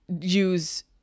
use